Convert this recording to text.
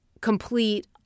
complete